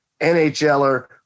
NHLer